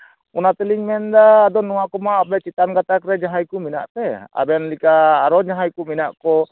ᱚᱱᱟᱛᱮᱞᱤᱧ ᱢᱮᱱ ᱮᱫᱟ ᱟᱫᱚ ᱱᱚᱣᱟ ᱠᱚᱢᱟ ᱟᱯᱮ ᱪᱮᱛᱟᱱ ᱜᱟᱛᱟᱠ ᱨᱮ ᱡᱟᱦᱟᱸᱭ ᱠᱚ ᱢᱮᱱᱟᱜ ᱯᱮ ᱟᱵᱮᱱ ᱞᱮᱠᱟ ᱟᱨᱚ ᱡᱟᱦᱟᱸᱭ ᱠᱚ ᱢᱮᱱᱟᱜ ᱠᱚ